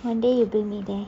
one day you bring me there